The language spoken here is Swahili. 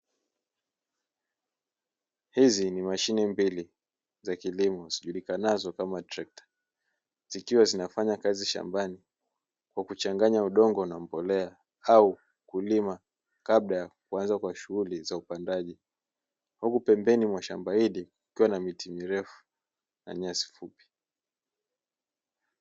Hizi ni mashine mbili za kilimo zijulikanazo kama trekta, zikiwa zinafanya kazi shambani kwa kuchanganya udongo na mbolea au kulima kabla ya kuanza kwa shughuli za upandaji. Huku pembeni mwa shamba hili kukiwa na miti mirefu na nyasi fupi.